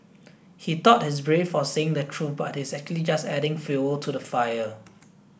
he thought he's brave for saying the truth but he's actually just adding fuel to the fire